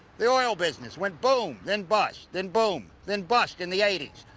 the oil business went boom, then bust, then boom, then bust in the eighty s.